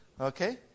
okay